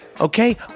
Okay